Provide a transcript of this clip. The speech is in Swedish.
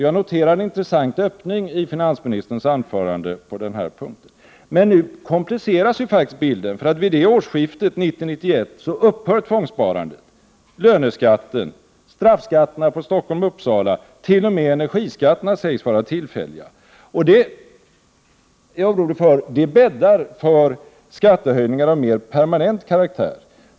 Jag noterar en intressant öppning i finansministerns anförande på den här punkten. Men bilden kompliceras faktiskt, för vid årsskiftet 1990-1991 upphör tvångssparandet, löneskatten, straffskatterna på Stockholm-Uppsala, t.o.m. energiskatterna sägs vara tillfälliga. Det jag är orolig för är att det bäddar för skattehöjningar av mer permanent karaktär.